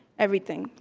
everything,